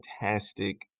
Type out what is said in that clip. fantastic